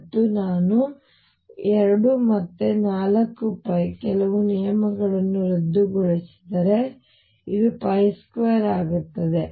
ಮತ್ತು ನಾನು 2 ಮತ್ತು 4π ಕೆಲವು ನಿಯಮಗಳನ್ನು ರದ್ದುಗೊಳಿಸಿದರೆ ಇದು 2 ಆಗುತ್ತದೆ